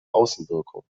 außenwirkung